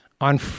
on